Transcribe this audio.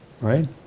right